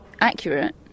accurate